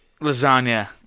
Lasagna